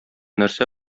нәрсә